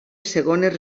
segones